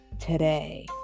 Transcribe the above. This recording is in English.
today